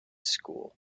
school